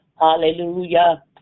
hallelujah